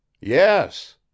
Yes